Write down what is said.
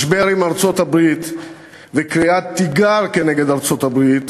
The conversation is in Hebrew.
משבר עם ארצות-הברית וקריאת תיגר כנגד ארצות-הברית